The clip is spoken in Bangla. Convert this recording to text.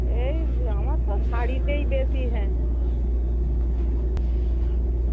এই আমার তো শাড়িতেই বেশি হ্যাঁ হ্যাঁ হ্যাঁ হ্যাঁ হ্যাঁ